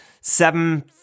seven